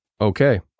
okay